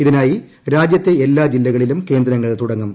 ഇതിനായി രാജ്യത്തെ എല്ലാ ജില്ലകളിലും കേന്ദ്രങ്ങൾ തുടങ്ങും